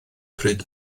pryd